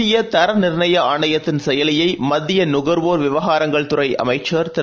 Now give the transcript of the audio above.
இந்திய தர நிர்ணய ஆணையத்தின் செயலியை மத்திய நுகர்வோர் விவகாரங்கள் துறை அமைச்சர் திரு